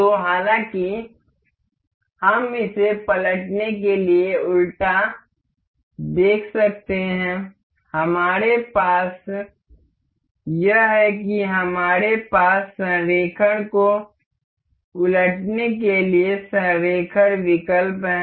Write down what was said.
तो हालाँकि हम इसे पलटने के लिए उल्टा देख सकते हैं हमारे पास यह है कि हमारे पास संरेखण को उलटने के लिए संरेखण विकल्प है